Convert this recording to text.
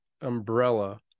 umbrella